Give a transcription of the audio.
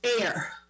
air